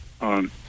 on